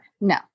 no